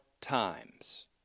times